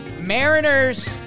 Mariners